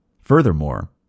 Furthermore